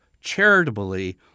charitably